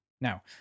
Now